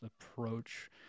approach